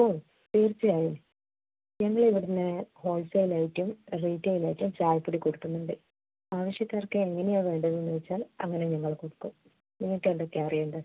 ഓ തീർച്ചയായും ഞങ്ങളിവിടെനിന്ന് ഹോൾസെയിലായിട്ടും റീട്ടെയിലായിട്ടും ചായപ്പൊടി കൊടുക്കുന്നുണ്ട് ആവശ്യക്കാർക്ക് എങ്ങനെയാണ് വേണ്ടതെന്ന് വെച്ചാൽ അങ്ങനെ ഞങ്ങൾ കൊടുക്കും നിങ്ങൾക്കെന്തൊക്കെയാണ് അറിയേണ്ടത്